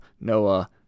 Noah